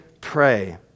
pray